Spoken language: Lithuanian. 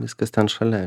viskas ten šalia